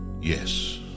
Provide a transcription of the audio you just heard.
yes